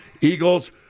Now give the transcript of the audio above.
Eagles